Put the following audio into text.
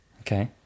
okay